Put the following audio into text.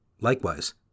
Likewise